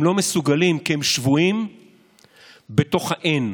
הם לא מסוגלים כי הם שבויים בתוך האין,